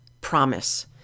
promise